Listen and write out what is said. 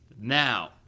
Now